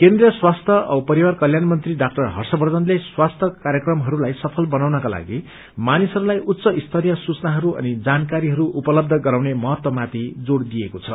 केन्द्रिय स्वास्थ्य औ परिवार कल्याण मंत्री डाक्टर हर्यवर्षनले स्वास्थ्य कार्यक्रमहरूलाई सफल बनाउनका लागि मानिसहरूलाई उच्च स्रीय सुचनाहरू अनि जानकारीहरू उपलब्ध गराउने महत्वमाथि जोड़ दिइएको छ